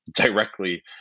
directly